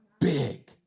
big